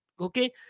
okay